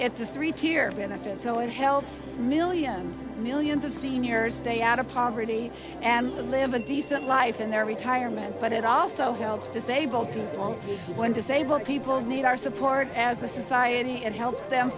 three tier benefit so it helps millions millions of seniors stay out of poverty and to live a decent life in their retirement but it also helps disabled people when disabled people need our support as a society and helps them